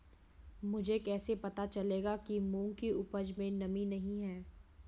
मुझे कैसे पता चलेगा कि मूंग की उपज में नमी नहीं है?